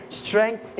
strength